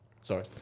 Sorry